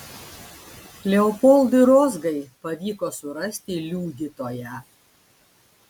leopoldui rozgai pavyko surasti liudytoją